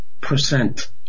percent